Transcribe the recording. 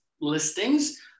listings